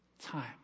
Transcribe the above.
time